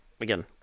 Again